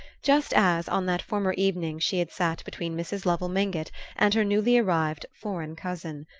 just as, on that former evening, she had sat between mrs. lovell mingott and her newly-arrived foreign cousin.